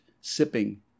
sipping